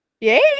yay